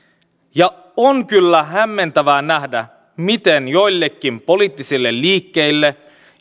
on kyllä hämmentävää nähdä miten joillekin poliittisille liikkeille